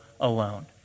alone